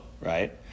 right